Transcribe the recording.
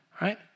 right